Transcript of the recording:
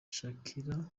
shakira